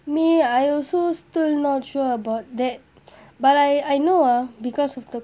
me I also still not sure about that but I I know ah because of the